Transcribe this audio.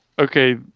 Okay